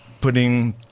putting